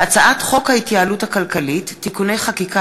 הצעת חוק ההתייעלות הכלכלית (תיקוני חקיקה